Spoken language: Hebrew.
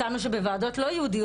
מצאנו שבוועדות שהם לא ייעודיות,